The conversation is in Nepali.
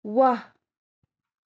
वाह